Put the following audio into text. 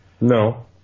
No